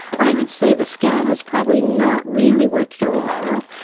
i would say the scan is probably not really worth your while,